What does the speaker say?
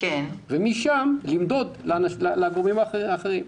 ומשם למדוד זמן לגורמים האחרים.